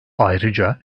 ayrıca